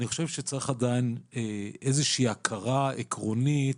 אני חושב שצריך עדיין איזושהי הכרה עקרונית